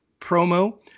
promo